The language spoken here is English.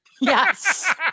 Yes